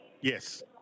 Yes